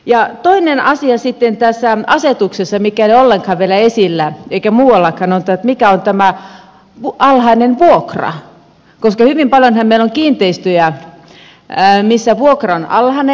sitten toinen asia mikä ei ole ollenkaan vielä esillä tässä asetuksessa eikä muuallakaan on tämä alhainen vuokra koska hyvin paljonhan meillä on kiinteistöjä missä vuokra on alhainen